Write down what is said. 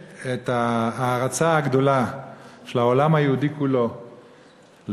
זה מבטא את ההערצה הגדולה של העולם היהודי כולו לתורתו,